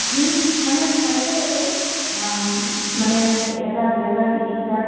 আপুনি মানে চাই চাই আছে মানে এহেজাৰ দুহেজাৰ তিনি হেজাৰ